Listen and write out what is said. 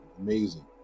Amazing